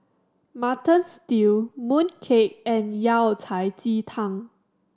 Mutton Stew mooncake and Yao Cai ji tang